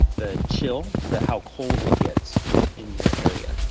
the chill, the how cold it gets in your area.